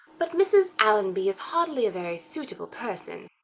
but mrs. allonby is hardly a very suitable person.